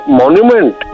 monument